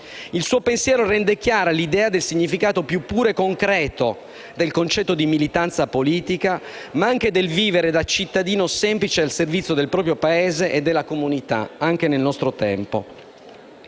Il suo pensiero rende chiara l'idea del significato più puro e concreto del concetto di militanza politica, ma anche del vivere, da cittadino semplice, al servizio del proprio Paese e della comunità, anche nel nostro tempo.